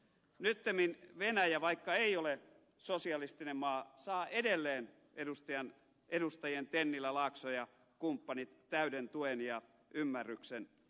nyttemmin venäjä vaikka ei ole sosialistinen maa saa edelleen edustajien tennilä laakso ja kumppanit täyden tuen ja ymmärtämyksen